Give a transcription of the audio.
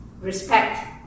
respect